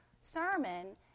sermon